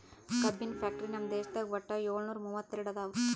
ಕಬ್ಬಿನ್ ಫ್ಯಾಕ್ಟರಿ ನಮ್ ದೇಶದಾಗ್ ವಟ್ಟ್ ಯೋಳ್ನೂರಾ ಮೂವತ್ತೆರಡು ಅದಾವ್